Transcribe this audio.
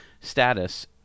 status